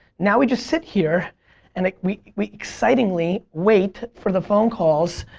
now we just sit here and like we we excitingly wait for the phone calls.